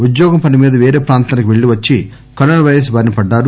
ఉద్యోగం పని మీద పేరే ప్రాంతానికి వెళ్లి వచ్చి కరోనా పైరస్ బారీన పడ్డారు